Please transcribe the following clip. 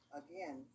again